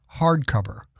hardcover